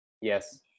Yes